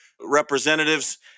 representatives